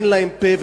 אין להם פה,